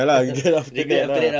ya lah you regret after that ah